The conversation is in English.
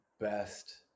best